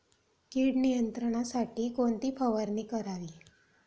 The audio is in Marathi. कीड नियंत्रणासाठी कोणती फवारणी करावी?